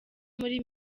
muri